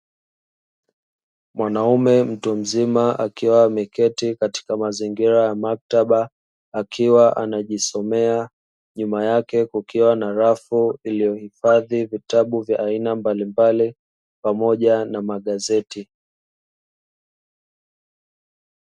Mwanaume mtu mzima akiwa ameketi katika mazingira ya maktaba akiwa anajisomea, nyuma yake kukiwa na rafu iliyohifadhi vitabu vya aina mbalimbali pamoja na magazeti.